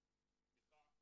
סליחה,